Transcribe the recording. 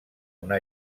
una